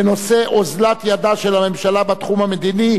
בנושא: אוזלת ידה של הממשלה בתחום המדיני,